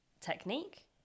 technique